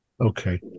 Okay